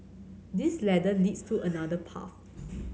this ladder leads to another path